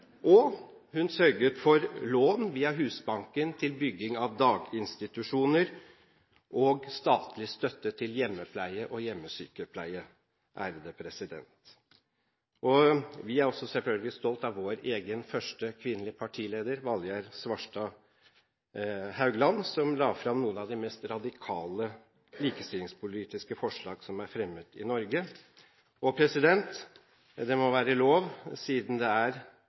og hun sørget for lån via Husbanken til bygging av daginstitusjoner og statlig støtte til hjemmepleie og hjemmesykepleie. Vi er også selvfølgelig stolt av vår egen første kvinnelige partileder, Valgerd Svarstad Haugland, som la fram noen av de mest radikale likestillingspolitiske forslag som er fremmet i Norge. Og det må være lov å si, siden det er